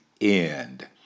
end